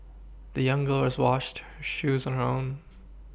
the young girls washed shoes on her own